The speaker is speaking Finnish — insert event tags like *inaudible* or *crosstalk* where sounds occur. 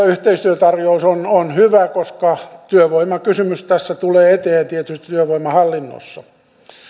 *unintelligible* yhteistyötarjous on on hyvä koska työvoimakysymys tässä tulee eteen tietysti työvoimahallinnossa